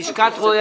נציג לשכת רואי